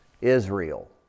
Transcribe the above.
Israel